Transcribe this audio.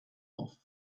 off